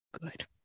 Good